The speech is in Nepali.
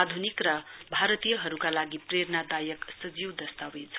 आधुनिक र भारतीयहरुका लागि प्रेरणादायक सजीव दस्तावेज हो